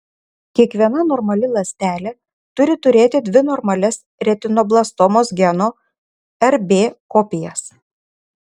kiekviena normali ląstelė turi turėti dvi normalias retinoblastomos geno rb kopijas